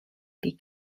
des